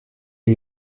eut